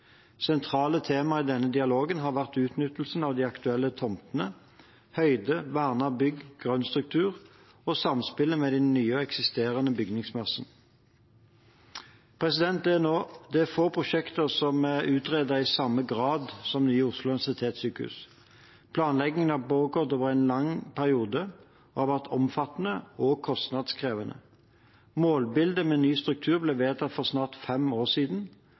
Sentrale temaer i denne dialogen har vært utnyttelsen av de aktuelle tomtene, høyde, vernede bygg, grøntstruktur og samspillet mellom den nye og den eksisterende bygningsmassen. Det er få prosjekter som er utredet i samme grad som Nye Oslo universitetssykehus. Planleggingen har pågått over en lang periode og vært omfattende og kostnadskrevende. Målbildet med ny struktur ble vedtatt for snart fem år siden,